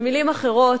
במלים אחרות,